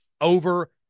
over